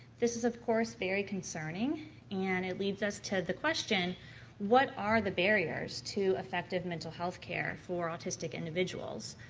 this is of course very concerning and it leads us to the question what are the barriers to effective mental healthcare for autistic individuals?